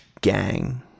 gang